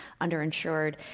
underinsured